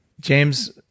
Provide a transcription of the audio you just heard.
James